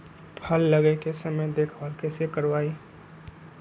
फल लगे के समय देखभाल कैसे करवाई?